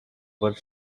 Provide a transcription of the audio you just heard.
were